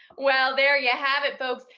well, there ya have it folks.